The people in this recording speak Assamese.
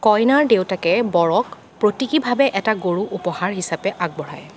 কইনাৰ দেউতাকে বৰক প্ৰতীকিভাৱে এটা গৰু উপহাৰ হিচাপে আগবঢ়ায়